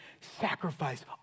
Sacrifice